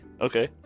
okay